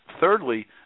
thirdly